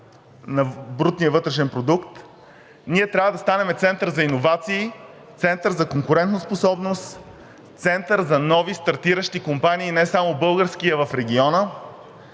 на брутния вътрешен продукт. Ние трябва да станем център за иновации, център за конкурентоспособност, център за нови стартиращи компании – не само български, а и в региона.